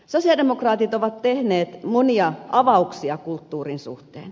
sosialidemokraatit ovat tehneet monia avauksia kulttuurin suhteen